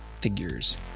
Figures